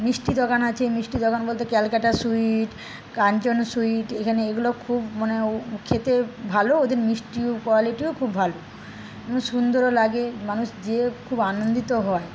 মিষ্টি দোকান আছে মিষ্টি দোকান বলতে ক্যালকাটা সুইট কাঞ্চন সুইট এখানে এগুলো খুব মানে খেতে ভালো ওদের মিষ্টিও কোয়ালিটিও খুব ভালো সুন্দরও লাগে মানুষ যেয়ে খুব আনন্দিত হয়